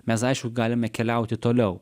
mes aišku galime keliauti toliau